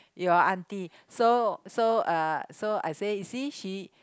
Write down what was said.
your aunty so so uh so I say see she